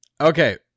Okay